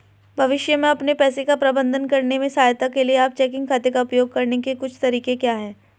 भविष्य में अपने पैसे का प्रबंधन करने में सहायता के लिए आप चेकिंग खाते का उपयोग करने के कुछ तरीके क्या हैं?